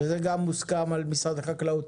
זה גם מוסכם על ידי משרד החקלאות.